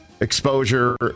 exposure